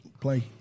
play